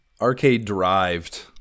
arcade-derived